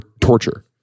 torture